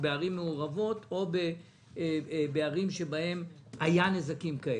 בערים מעורבות או בערים שהיו נזקים כאלה.